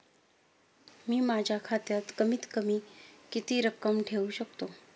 मी माझ्या खात्यात कमीत कमी किती रक्कम ठेऊ शकतो?